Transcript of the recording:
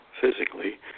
physically